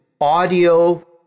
audio